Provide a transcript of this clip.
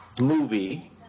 movie